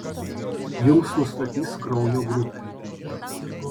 jums nustatys kraujo grupę